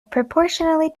proportionally